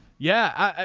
yeah.